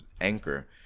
anchor